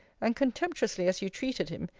and contemptuously as you treated him,